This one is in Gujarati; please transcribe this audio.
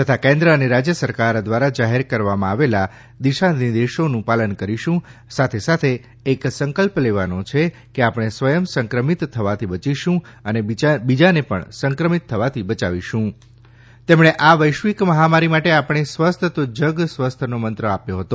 તથા કેન્દ્ર અને રાજ્ય સરકાર દ્વારા જાહેર કરવામાં આવેલા દિશા નિર્દેશોનું પાલન કરીશુ સાથે સાથે એક સંકલ્પ લેવાનો છે કે આપણે સ્વયં સંક્રમિત થવાથી બચીશુ અને બીજાને પણ સંક્રમિત થવાથી બયાવીશું તેમણે આ વૈશ્વિક મહામારી માટે આપણે સ્વસ્થ તો જગ સ્વસ્થનો મંત્ર આપ્યો હતો